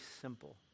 simple